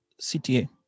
CTA